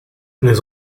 les